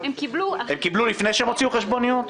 הם קיבלו לפני שהם הוציאו חשבוניות?